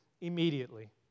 immediately